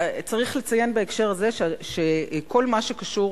צריך לציין בהקשר הזה שכל מה שקשור